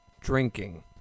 drinking